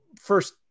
first